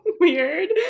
weird